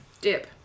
Dip